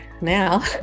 now